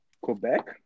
Quebec